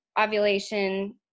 ovulation